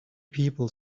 people